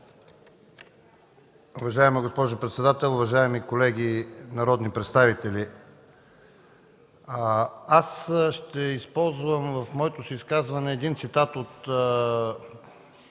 Уважаема госпожо председател, уважаеми колеги народни представители! Аз ще използвам в своето изказване един цитат от